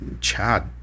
Chad